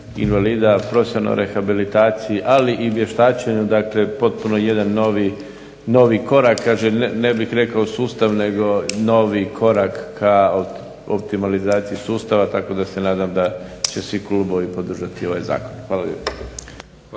invalida, profesionalnoj rehabilitaciji, ali i vještačenju, dakle potpuno jedan novi korak, ne bih rekao u sustav nego novi korak ka optimalizaciji sustava tako da se nadam da će svi klubovi podržati ovaj zakon. Hvala